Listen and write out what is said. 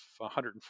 140